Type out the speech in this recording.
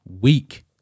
weak